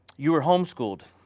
you were homeschooled,